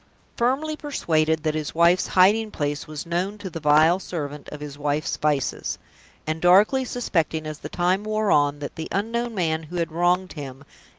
firmly persuaded that his wife's hiding-place was known to the vile servant of his wife's vices and darkly suspecting, as the time wore on, that the unknown man who had wronged him,